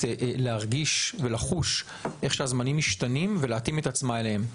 להרגיש ולחוש איך הזמנים משתנים ולהתאים את עצמה אליהם.